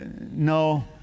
No